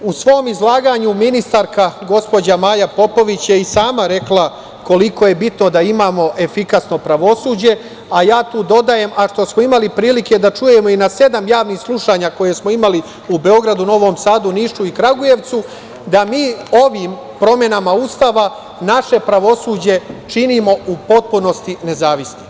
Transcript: U svom izlaganju ministarka, gospođa Maja Popović je i sama rekla koliko je bitno da imamo efikasno pravosuđe, a ja tu dodajem, a što smo imali prilike da čujemo i na sedam javnih slušanja koje smo imali u Beogradu, Novom Sadu, Nišu i Kragujevcu, da mi ovim promenama Ustava naše pravosuđe činimo u potpunosti nezavisnim.